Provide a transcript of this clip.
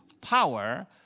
power